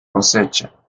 cosecha